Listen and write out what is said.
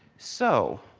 so,